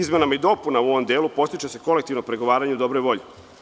Izmenama i dopunama u ovom delu podstiče se kolektivno pregovaranje o dobroj volji.